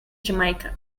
jamaica